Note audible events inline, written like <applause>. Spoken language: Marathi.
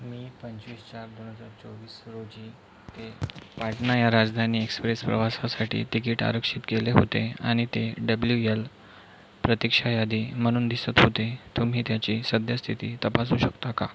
मी पंचवीस चार दोन हजार चोवीस रोजी <unintelligible> ते पाटणा या राजधानी एक्स्प्रेस प्रवासासाठी तिकीट आरक्षित केले होते आणि ते डब्ल्यू यल प्रतीक्षा यादी म्हणून दिसत होते तुम्ही त्याची सद्यस्थिती तपासू शकता का